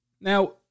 Now